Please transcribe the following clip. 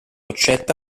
accetta